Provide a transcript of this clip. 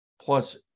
plus